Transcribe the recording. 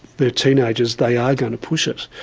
they're teenagers, they are going to push it.